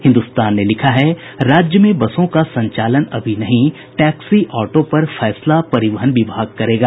हिन्दुस्तान ने लिखा है राज्य में बसों का संचालन अभी नहीं टैक्सी ऑटो पर फैसला परिवहन विभाग करेगा